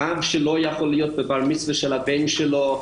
אב שלא יכול להיות בבר מצווה של הבן שלו,